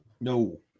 no